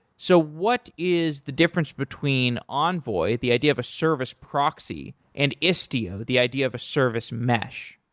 so what is the difference between envoy, the idea of a service proxy, and istio the idea of a service mesh.